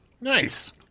Nice